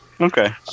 Okay